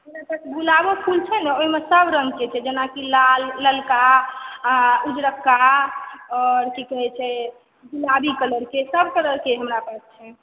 गुलाबों फूल छै ने ओहिमे सब रंग के छै जेनाकि लाल ललका उज्जरका आओर की कहै छै गुलाबी कलर के सब कलर के हमरा लग छै